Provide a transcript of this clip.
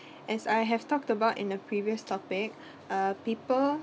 as I have talked about in a previous topic uh people